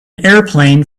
airplane